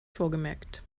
vorgemerkt